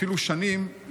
אפילו שנים,